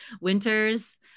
winters